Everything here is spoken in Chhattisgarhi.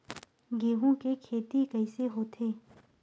गेहूं के खेती कइसे होथे?